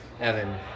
Evan